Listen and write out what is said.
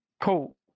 cool